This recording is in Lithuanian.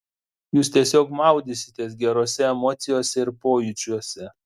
jūs tiesiog maudysitės gerose emocijose ir pojūčiuose